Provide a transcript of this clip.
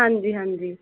ਹਾਂਜੀ ਹਾਂਜੀ